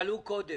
אבל הוא קודם.